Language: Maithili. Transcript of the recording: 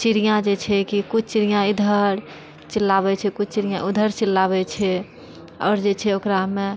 चिड़िया जे छै कि कुछ चिड़िया उधर चिल्लाबै छै कुछ चिड़िया उधर चिल्लाबै छै आओर जे छै ओकरामे